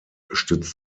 stützt